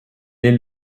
est